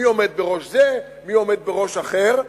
מי עומד בראש זה ומי עומד בראש אחר,